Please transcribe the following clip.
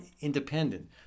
independent